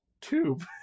tube